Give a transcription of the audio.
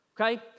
Okay